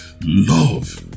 love